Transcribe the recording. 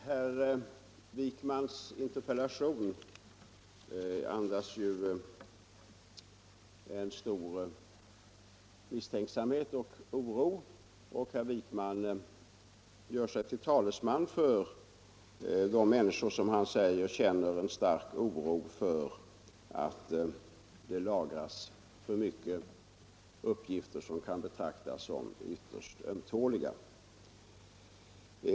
Herr Wijkmans interpellation andas ju en stor misstänksamhet och oro — herr Wijkman gör sig till talesman för de människor som, säger han, känner en stark oro för att det lagras för mycket uppgifter som kan betraktas som ytterst ömtåliga.